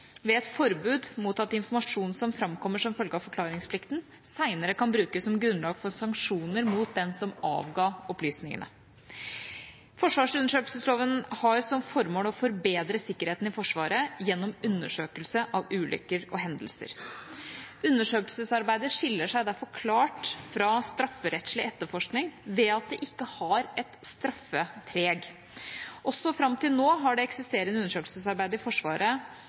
informasjon som framkommer som følge av forklaringsplikten, senere kan brukes som grunnlag for sanksjoner mot den som avga opplysningene. Forsvarsundersøkelsesloven har som formål å forbedre sikkerheten i Forsvaret gjennom undersøkelse av ulykker og hendelser. Undersøkelsesarbeidet skiller seg derfor klart fra strafferettslig etterforskning ved at det ikke har et straffepreg. Også fram til nå har det eksisterende undersøkelsesarbeidet i Forsvaret